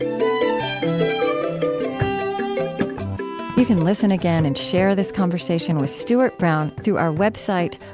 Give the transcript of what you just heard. ah you can listen again and share this conversation with stuart brown through our website,